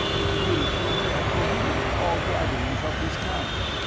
indeed, he had prohibited all gatherings of this kind.